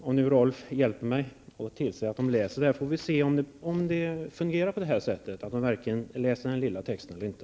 Om nu Rolf Clarkson hjälper mig och ser till att den läser detta får vi se om det fungerar och om regeringen verkligen läser den här lilla texten eller inte.